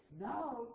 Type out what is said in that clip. now